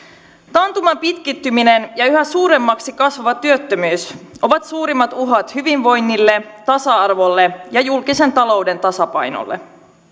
taantuman pitkittyminen ja yhä suuremmaksi kasvava työttömyys ovat suurimmat uhat hyvinvoinnille tasa arvolle ja julkisen talouden tasapainolle